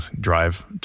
drive